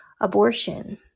abortion